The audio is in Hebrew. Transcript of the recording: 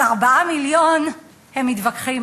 על 4 מיליון הם מתווכחים.